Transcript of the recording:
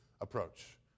approach